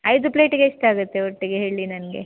ಐದು ಪ್ಲೇಟಿಗೆ ಎಷ್ಟಾಗುತ್ತೆ ಒಟ್ಟಿಗೆ ಹೇಳಿ ನನಗೆ